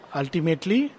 ultimately